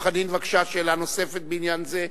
חבר הכנסת דב חנין, בבקשה, שאלה נוספת בעניין זה.